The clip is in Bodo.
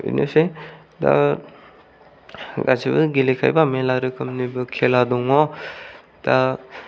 बेनोसै दा गासिबो गेलेखायोबा मेरला रोखोमनिबो खेला दङ दा